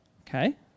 Okay